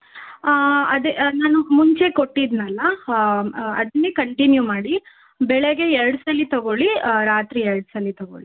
ಹಾಂ ಅದೇ ನಾನು ಮುಂಚೆ ಕೊಟ್ಟಿದ್ದೆನಲ್ಲ ಹಾಂ ಅದನ್ನೇ ಕಂಟಿನ್ಯೂ ಮಾಡಿ ಬೆಳಗ್ಗೆ ಎರಡು ಸಲ ತಗೊಳ್ಳಿ ರಾತ್ರಿ ಎರಡು ಸಲ ತಗೊಳ್ಳಿ